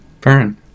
burn